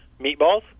meatballs